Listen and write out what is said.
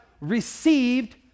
received